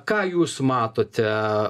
ką jūs matote